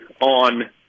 on